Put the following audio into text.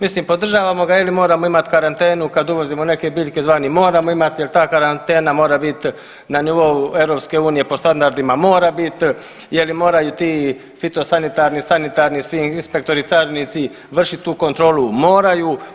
Mislim podržavamo ga, je li moramo imati karantenu kad uvozimo neke biljke … moramo imati jel ta karantena mora bit na nivou EU po standardima mora bit, je li moraju ti fitosanitarni, sanitarni svi inspektori, carinici vršiti tu kontrolu, moraju.